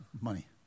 money